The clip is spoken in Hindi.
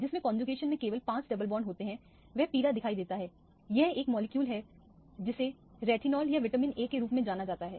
जिस में कौनजुकेशन में केवल 5 डबल बॉन्ड होते हैं वह पीला दिखाई देता है यह एक मॉलिक्यूल है जिसे रेटिनॉल या विटामिन ए के रूप में जाना जाता है